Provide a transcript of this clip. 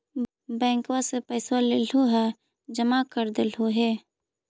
बैंकवा से पैसवा लेलहो है जमा कर देलहो हे?